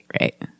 Right